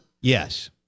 Yes